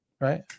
right